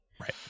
Right